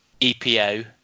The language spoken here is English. EPO